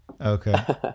Okay